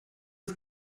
ist